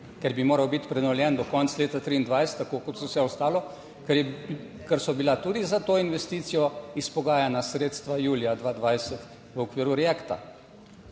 ker bi moral biti prenovljen do konca leta 2023, tako kot vse ostalo, kar je, ker so bila tudi za to investicijo izpogajana sredstva julija 2020 v okviru Reacta.